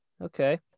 Okay